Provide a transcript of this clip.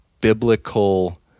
biblical